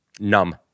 Numb